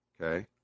Okay